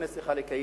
הכנסת צריכה לקיים.